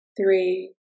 three